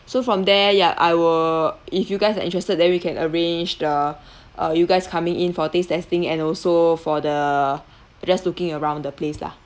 so from there yup I will if you guys are interested then we can arrange the uh you guys coming in for taste testing and also for the just looking around the place lah